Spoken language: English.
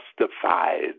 justified